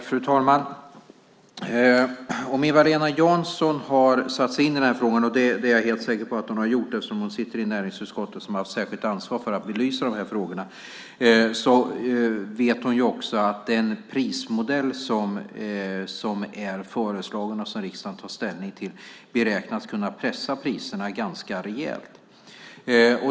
Fru talman! Om Eva-Lena Jansson har satt sig in i den här frågan - det är jag säker på att hon har gjort eftersom hon sitter i näringsutskottet som har ett särskilt ansvar för de här frågorna - vet hon att den prismodell som är föreslagen och som riksdagen ska ta ställning till beräknas kunna pressa priserna ganska rejält.